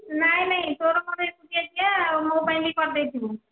ନାଇଁ ନାଇଁ ତୋର ମୋର ଏକୁଟିଆ ଯିବା ଆଉ ମୋ' ପାଇଁ ବି କରିଦେଇଥିବୁ